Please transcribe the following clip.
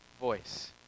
voice